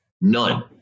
none